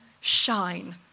shine